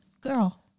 girl